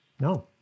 No